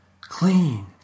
Clean